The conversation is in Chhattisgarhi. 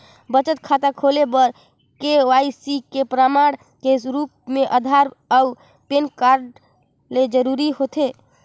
बचत खाता खोले बर के.वाइ.सी के प्रमाण के रूप म आधार अऊ पैन कार्ड ल जरूरी होथे